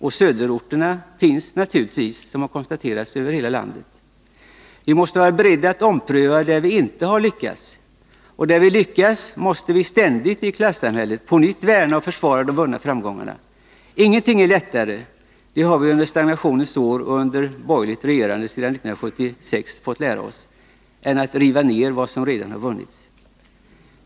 Och ”söderorter” finns naturligtvis — det har konstaterats — över hela landet. Vi måste vara beredda till omprövningar där vi inte lyckats. Och där vi lyckats måste vi ständigt i klassamhället på nytt värna och försvara de vunna framgångarna. Ingenting är lättare — det har vi under stagnationens år och under borgerligt regerande sedan 1976 fått lära oss — än att riva ned vad som redan har vunnits.